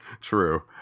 True